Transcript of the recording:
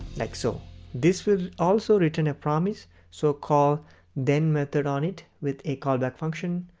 like so this will also return a promise, so call then method on it with a callback function.